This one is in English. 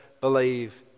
believe